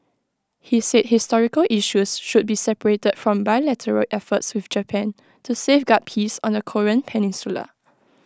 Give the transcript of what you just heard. he said historical issues should be separated from bilateral efforts with Japan to safeguard peace on the Korean peninsula